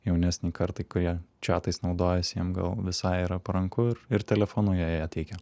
jaunesnei kartai kurie četais naudojasi jiem gal visai yra paranku ir telefonu jie ją teikia